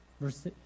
verse